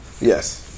Yes